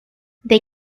they